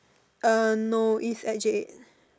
uh no it's at J eight